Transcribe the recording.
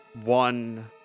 one